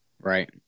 Right